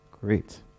Great